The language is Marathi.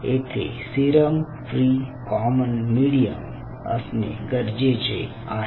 येथे सिरम फ्री कॉमन मिडीयम असणे गरजेचे आहे